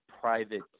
private